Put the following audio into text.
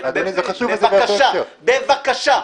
בבקשה, בבקשה.